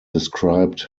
described